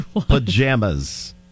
pajamas